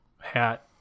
Hat